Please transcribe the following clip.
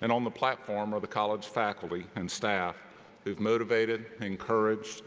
and on the platform are the college faculty and staff who've motivated and encouraged